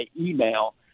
email